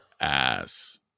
ass